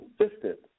consistent